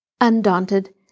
Undaunted